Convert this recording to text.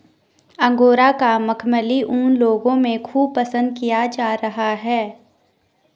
angora का मखमली ऊन लोगों में खूब पसंद किया जा रहा है